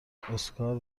اسکار